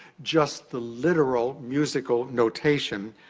just the literal musical notation,